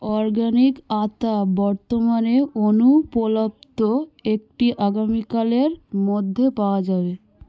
organic আতা বর্তমানে অনুপলব্ধ একটি আগামীকালের মধ্যে পাওয়া যাবে